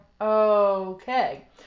okay